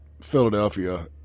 Philadelphia